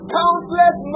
countless